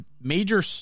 Major